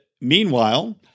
meanwhile